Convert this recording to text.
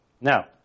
Now